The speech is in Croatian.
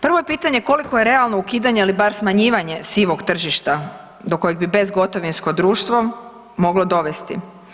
Prvo je pitanje koliko je realno ukidanje ili bar smanjivanje sivog tržišta do kojeg bi bezgotovinsko društvo moglo dovesti?